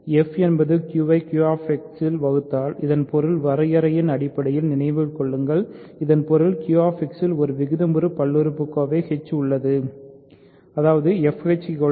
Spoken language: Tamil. f என்பது q ஐ QX இல் வகுத்தால் இதன் பொருள் வரையறையின் அடிப்படையில் நினைவில் கொள்ளுங்கள் இதன் பொருள் QX இல் ஒரு விகிதமுறு பல்லுறுப்புக்கோவை h உள்ளது அதாவது fh g